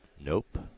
Nope